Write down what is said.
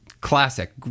classic